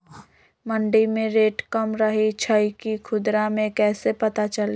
मंडी मे रेट कम रही छई कि खुदरा मे कैसे पता चली?